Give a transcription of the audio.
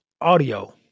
audio